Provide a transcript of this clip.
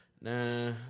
Nah